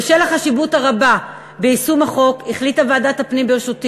בשל החשיבות הרבה ביישום החוק החליטה ועדת הפנים בראשותי